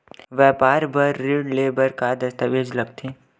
व्यापार बर ऋण ले बर का का दस्तावेज लगथे?